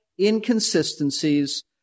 inconsistencies